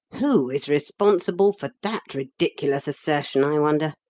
who is responsible for that ridiculous assertion, i wonder?